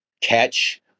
catch